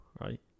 right